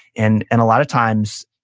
and and a lot of times,